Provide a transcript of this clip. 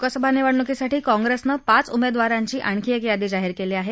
लोकसभा निवडणुकीसाठी काँप्रेसनं पाच उमेदवारांची आणखी एक यादी जाहीर केली आहे